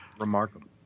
Remarkable